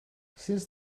since